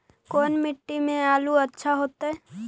कोन मट्टी में आलु अच्छा होतै?